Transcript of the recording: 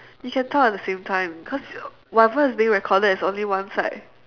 we can talk at the same time cause whatever is being recorded is only one side